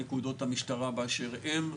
לנקודות המשטרה באשר הן,